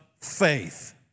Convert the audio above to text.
faith